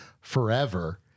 forever